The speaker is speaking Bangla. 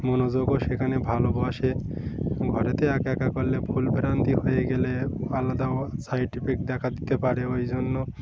মনোযোগও সেখানে ভালোবাসে ঘরেতে একা একা করলে ভুলভ্রান্তি হয়ে গেলে আলাদা সাইড ইফেক্ট দেখা দিতে পারে ওই জন্য